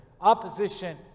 opposition